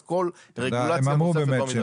אז כל רגולציה --- הם אמרו באמת,